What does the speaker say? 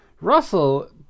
Russell